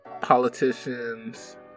politicians